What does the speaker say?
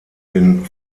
den